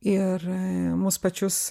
ir mus pačius